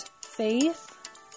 faith